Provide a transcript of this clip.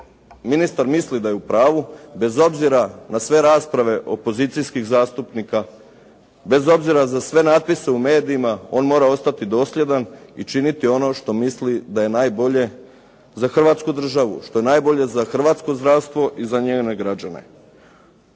ministar misli da je u pravu, bez obzira na sve rasprave opozicijskih zastupnika, bez obzira na sve napise u medijima, on mora ostati dosljedan i činiti ono što misli da je najbolje za hrvatsku državu, što je najbolje za hrvatsko zdravstvo i za njene građane.